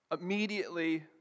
immediately